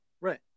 Right